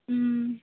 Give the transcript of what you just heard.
ᱦᱩᱸ